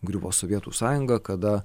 griuvo sovietų sąjunga kada